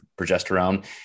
progesterone